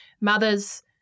mothers